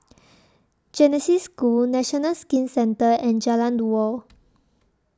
Genesis School National Skin Centre and Jalan Dua